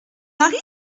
mari